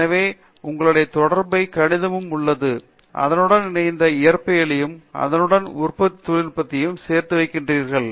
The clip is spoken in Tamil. எனவே உங்களிடம் தொடர்புடைய கணிதமும் உள்ளது அதனுடன் இணைந்த இயற்பியலையும் அதனுடன் உற்பத்தி தொழில்நுட்பத்தையும் சேர்த்து வைத்திருக்கிறீர்கள்